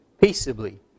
peaceably